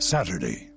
Saturday